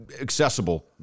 accessible